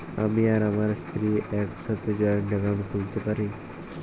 আমি আর আমার স্ত্রী কি একসাথে জয়েন্ট অ্যাকাউন্ট খুলতে পারি?